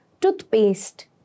toothpaste